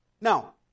Now